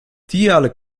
tial